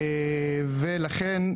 ולכן,